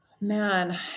Man